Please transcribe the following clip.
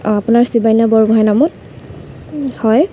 আপোনাৰ শিবান্যা বৰগোঁহাই নামত হয়